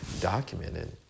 documented